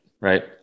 right